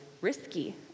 risky